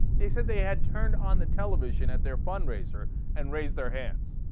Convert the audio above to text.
they said they had turned on the television at their fundraiser and raise their hands